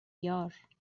یار